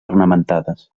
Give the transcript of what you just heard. ornamentades